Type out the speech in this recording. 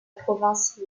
province